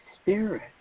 Spirit